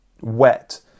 wet